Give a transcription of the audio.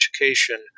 education